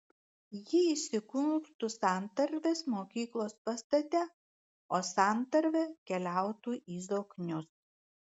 ji įsikurtų santarvės mokyklos pastate o santarvė keliautų į zoknius